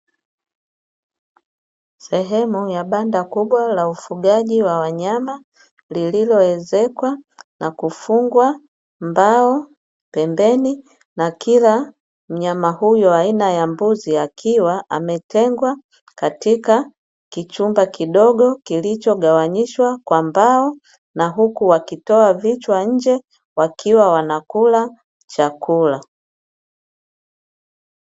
Sehemu ya banda kubwa la ufugaji wa wanyama, lililoezekwa na kufungwa mbao pembeni na kila mnyama huyo aina ya mbuzi akiwa ametengwa katika kichumba kidogo, kilichogawanyishwa kwa mbao na huku wakitoa vichwa nje wakiwa wanakula chakula.